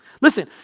Listen